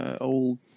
old